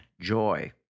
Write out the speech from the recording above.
Joy